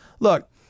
Look